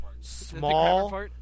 Small